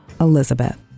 Elizabeth